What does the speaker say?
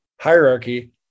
hierarchy